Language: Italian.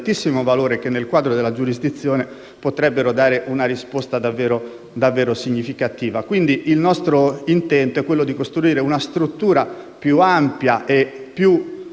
potrebbero dare una risposta davvero significativa. Il nostro intento è quello di costruire una struttura più ampia e robusta, che sia in grado di